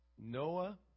Noah